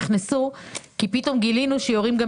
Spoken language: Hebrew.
זה נכון, אבל משנת